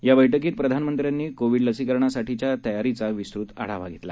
या बैठकीत प्रधानामंत्र्यांनी कोविड लसीकरणासाठीच्या तयारीचा विस्तृत आढावा घेतला